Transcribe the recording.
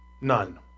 None